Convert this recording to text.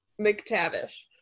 McTavish